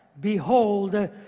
behold